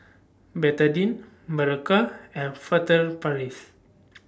Betadine Berocca and Furtere Paris